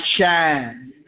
shine